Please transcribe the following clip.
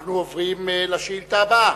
אנחנו עוברים לשאילתא הבאה,